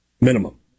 minimum